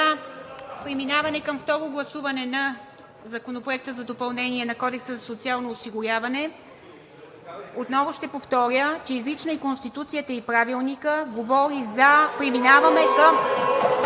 за преминаване към второ гласуване на Законопроекта за допълнение на Кодекса за социално осигуряване отново ще повторя, че са изрични Конституцията и Правилникът, говорят за преминаване към